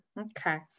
okay